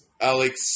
Alex